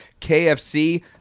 KFC